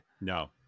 no